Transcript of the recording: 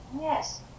Yes